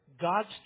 God's